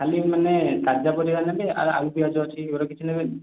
ଖାଲି ମାନେ ତାଜା ପରିବା ନେବେ ଆଉ ଆଳୁ ପିଆଜ ଅଛି ଏଗୁଡ଼ା କିଛି ନେବେନି